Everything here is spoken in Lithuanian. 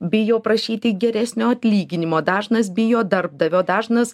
bijo prašyti geresnio atlyginimo dažnas bijo darbdavio dažnas